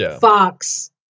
fox